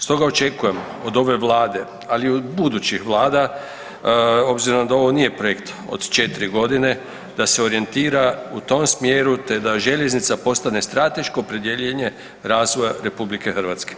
Stoga očekujem od ove Vlade ali i od budućih Vlada obzirom da ovo nije projekt od 4 g., da se orijentira u tom smjeru te da željeznica postane strateško opredjeljenje razvoja RH.